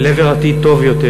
אל עבר עתיד טוב יותר.